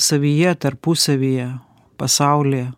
savyje tarpusavyje pasauly